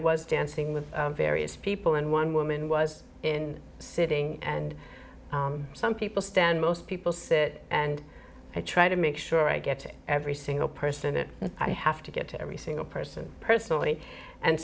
was dancing with various people and one woman was in sitting and some people stand most people sit and i try to make sure i get every single person that i have to get to every single person personally and